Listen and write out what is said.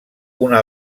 una